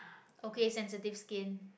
okay sensitive skin